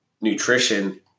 nutrition